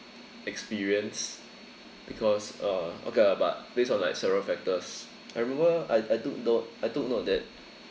experience because uh okay lah but based on like several factors I remember I I took note I took note that